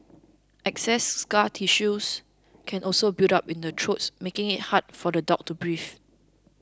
excess scar tissues can also build up in the truest making it hard for the dog to breathe